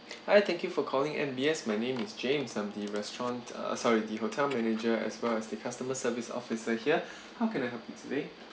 hi thank you for calling M_B_S my name is james I'm the restaurant uh sorry the hotel manager as well as the customer service officer here how can I help you today